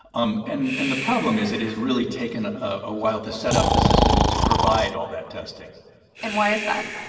um and and the problem is, it has really taken a while to set up the systems to provide all that testing and why is that?